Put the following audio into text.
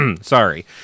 Sorry